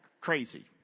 Crazy